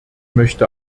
möchte